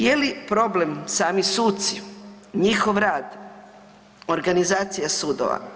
Je li problem sami suci, njihov rad, organizacija sudova?